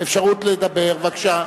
בבקשה.